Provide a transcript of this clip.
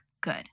good